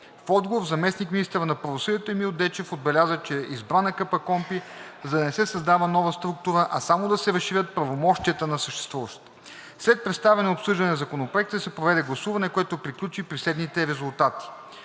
В отговор заместник-министърът на правосъдието Емил Дечев отбеляза, че е избрана КПКОНПИ, за да не се създава нова структура, а само да се разширят правомощията на съществуващата. След представяне и обсъждане на законопроектите се проведе гласуване, което приключи при следните резултати: